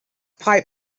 pipe